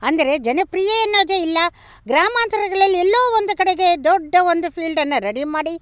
ಅಂದರೆ ಜನಪ್ರಿಯೆ ಎನ್ನುವುದೆ ಇಲ್ಲ ಗ್ರಾಮಾಂತರಗಳಲ್ಲಿ ಎಲ್ಲೋ ಒಂದು ಕಡೆಗೆ ದೊಡ್ಡ ಒಂದು ಫೀಲ್ಡನ್ನು ರೆಡಿ ಮಾಡಿ